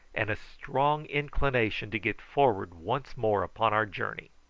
and a strong inclination to get forward once more upon our journey.